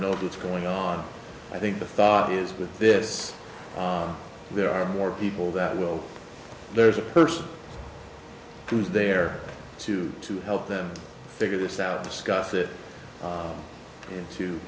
know that's going on i think the thought is with this there are more people that will there's a person who's there to to help them figure this out discuss it